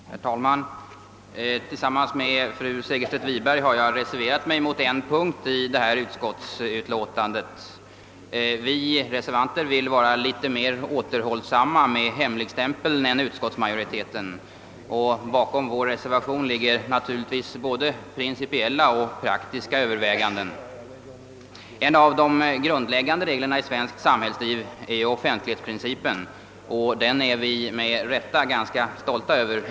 Herr talman! Tillsammans med fru Segerstedt Wiberg har jag reserverat mig på en punkt i utskottets utlåtande. Vi reservanter vill vara litet mera återhållsamma med hemligstämpeln än utskottsmajoriteten. Bakom reservationen ligger både principiella och praktiska överväganden. En av de grundläggande reglerna i svenskt samhällsliv är offentlighetsprincipen, som vi med rätta är stolta över.